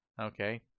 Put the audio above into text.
okay